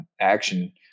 action